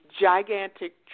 gigantic